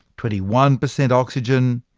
twenty one percent oxygen,